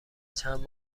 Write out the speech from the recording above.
چند